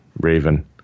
Raven